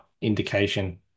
indication